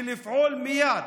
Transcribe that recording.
ולפעול מייד.